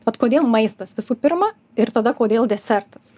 vad kodėl maistas visų pirma ir tada kodėl desertas